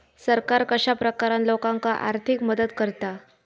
सरकार कश्या प्रकारान लोकांक आर्थिक मदत करता?